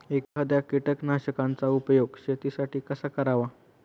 एखाद्या कीटकनाशकांचा उपयोग शेतीसाठी कसा करावा?